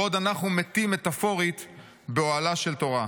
בעוד אנחנו מתים מטאפורית באוהלה של תורה.